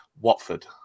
Watford